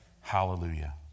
Hallelujah